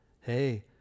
hey